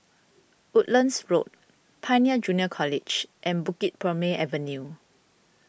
Woodlands Road Pioneer Junior College and Bukit Purmei Avenue